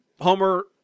Homer